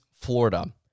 Florida